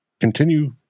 continue